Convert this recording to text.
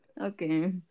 okay